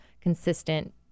consistent